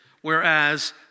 whereas